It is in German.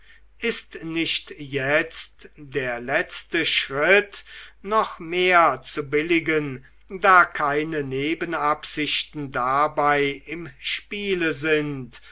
ist nicht der letzte schritt noch mehr zu billigen da keine nebenabsichten dabei im spiele sind